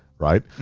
right? and